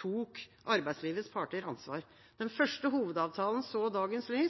tok arbeidslivets parter ansvar, og den første